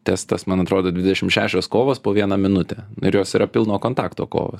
testas man atrodo dvidešim šešios kovos po vieną minutę nu ir jos yra pilno kontakto kovos